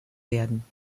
werden